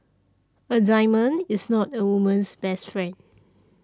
a diamond is not a woman's best friend